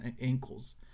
ankles